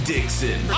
Dixon